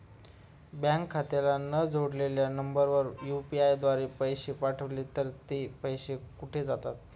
Bank खात्याला न जोडलेल्या नंबरवर यु.पी.आय द्वारे पैसे पाठवले तर ते पैसे कुठे जातात?